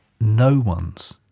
no-one's